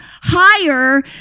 higher